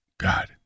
God